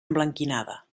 emblanquinada